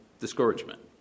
discouragement